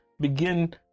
begin